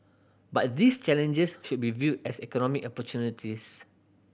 but these challenges should be viewed as economic opportunities